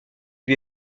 lui